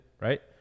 right